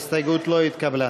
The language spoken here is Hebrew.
ההסתייגות לא התקבלה.